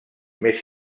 més